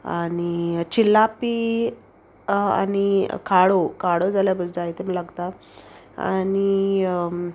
आनी चिल्लापी आनी काडो काडो जाल्यार बसता लागता आनी